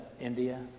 India